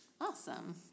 Awesome